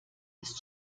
ist